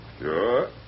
Sure